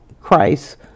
christ